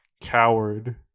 coward